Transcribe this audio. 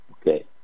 Okay